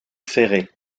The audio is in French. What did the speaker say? ferré